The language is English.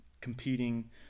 competing